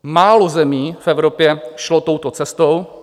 Málo zemí v Evropě šlo touto cestou.